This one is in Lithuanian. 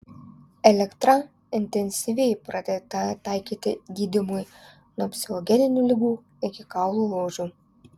elektra intensyviai pradėta taikyti gydymui nuo psichogeninių ligų iki kaulų lūžių